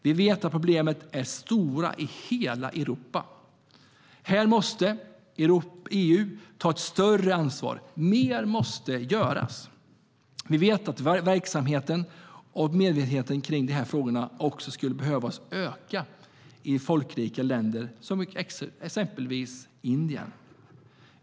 Vi vet att problemet är stort i hela Europa. Här måste EU ta ett större ansvar - mer måste göras. Vi vet att verksamheten och medvetenheten i de här frågorna skulle behöva öka även i folkrika länder som exempelvis Indien.